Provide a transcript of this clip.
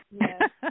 Yes